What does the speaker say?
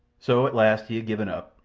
so at last he had given up,